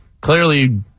clearly